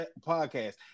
podcast